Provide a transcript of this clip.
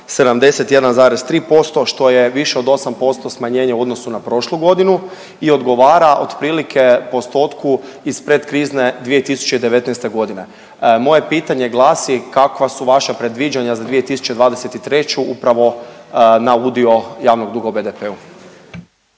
71,3% što je više od 8% smanjenje u odnosu na prošlu godinu i odgovara otprilike postotku iz predkrizne 2019. godine. Moje pitanje glasi kakva su vaša predviđanja za 2023. upravo na udio javnog duga u BDP-u?